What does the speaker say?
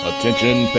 Attention